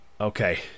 Okay